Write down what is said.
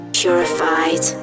purified